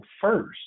first